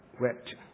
wept